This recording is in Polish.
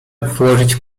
włożyć